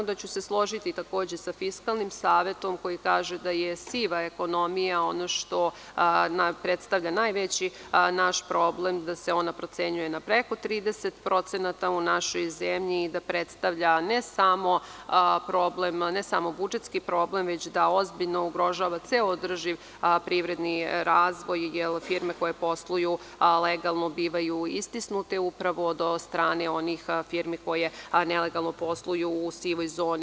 Složiću se takođe sa Fiskalnim savetom koji kaže da je siva ekonomija ono što predstavlja naš najveći problem, da se ona procenjuje na preko 30% u našoj zemlji i da predstavlja ne samo budžetski problem, već da ozbiljno ugrožava ceo održiv privredni razvoj i firme koje posluju legalno bivaju istisnute upravo od strane onih firmi koje nelegalno posluju u sivoj zoni.